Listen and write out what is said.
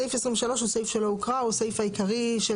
בסעיף (6) יש פה תיקון בסעיף (6)(4) הסיפה החל במילים